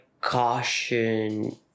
caution